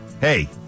hey